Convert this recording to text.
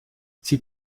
sie